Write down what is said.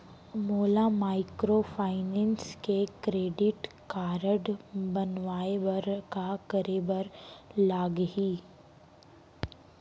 मोला माइक्रोफाइनेंस के credit card बनवाए बर का करे बर लागही?